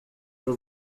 y’u